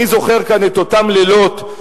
אני זוכר כאן את אותם לילות,